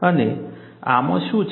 અને આમાં શું છે